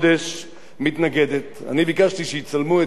אני ביקשתי שיצלמו את הדיון הזה פה,